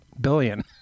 billion